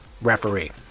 referee